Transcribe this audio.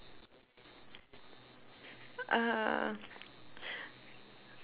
ah